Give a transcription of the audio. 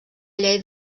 llei